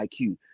IQ